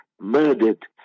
murdered